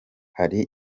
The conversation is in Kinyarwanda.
hari